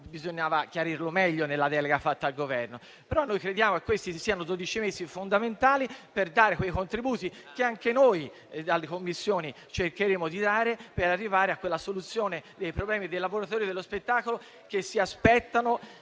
bisognava chiarirlo meglio nella delega al Governo. Crediamo, comunque, che questi siano dodici mesi fondamentali per dare quei contributi che anche noi dalle Commissioni cercheremo di dare per arrivare alla soluzione dei problemi che i lavoratori dello spettacolo si aspettano,